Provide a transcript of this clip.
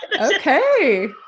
okay